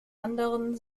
anderen